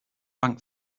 bank